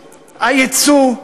היצוא,